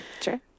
Sure